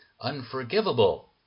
Unforgivable